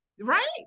Right